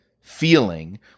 feeling